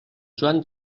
joan